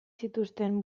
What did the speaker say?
zituzten